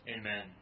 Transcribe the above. Amen